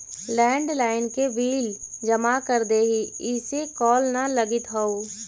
landline के bill जमा कर देहीं, इसे कॉल न लगित हउ